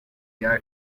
rya